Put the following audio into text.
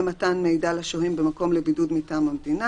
מתן מידע לשוהים במקום לבידוד מטעם המדינה